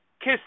kiss